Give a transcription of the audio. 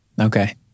Okay